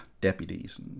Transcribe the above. Deputies